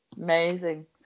Amazing